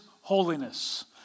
holiness